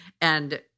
And-